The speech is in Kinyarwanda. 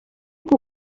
uku